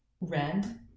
Red